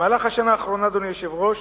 במהלך השנה האחרונה, אדוני היושב-ראש,